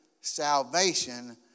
salvation